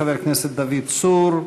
חבר הכנסת דוד צור,